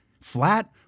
flat